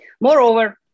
Moreover